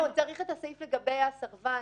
לא, צריך את הסעיף לגבי הסרבן.